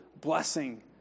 blessing